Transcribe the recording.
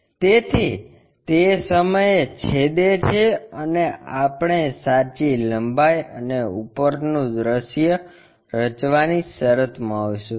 તેથી તે સમયે છેદે છે અને આપણે સાચી લંબાઈ અને ઉપરનું દૃશ્ય રચવાની શરતમાં હોઈશું